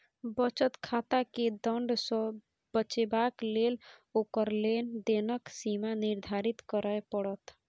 बचत खाताकेँ दण्ड सँ बचेबाक लेल ओकर लेन देनक सीमा निर्धारित करय पड़त